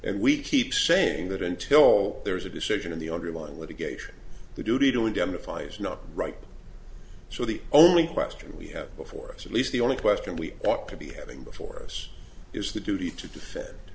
and we keep saying that until there is a decision of the underlying litigation the duty to indemnify is not right so the only question we have before us at least the only question we ought to be having before us is the duty to d